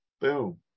Boom